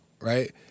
right